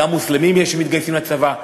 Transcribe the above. יש גם מוסלמים שמתגייסים לצבא.